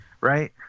right